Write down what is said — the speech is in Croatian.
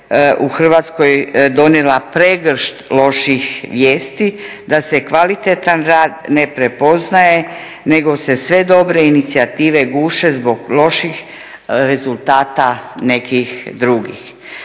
u Hrvatskoj donijela pregršt loših vijesti da se kvalitetan rad ne prepoznaje nego se sve dobre inicijative guše zbog loših rezultata nekih drugih.